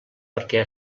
perquè